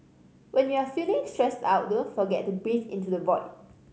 when you are feeling stressed out don't forget to breathe into the void